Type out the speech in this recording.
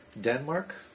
Denmark